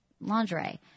lingerie